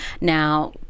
Now